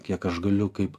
kiek aš galiu kaip